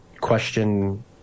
question